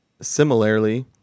Similarly